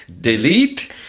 Delete